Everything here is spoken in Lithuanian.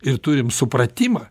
ir turim supratimą